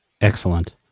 Excellent